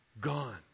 gone